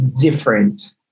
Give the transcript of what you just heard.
different